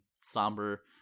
somber